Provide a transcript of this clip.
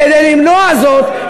כדי למנוע זאת,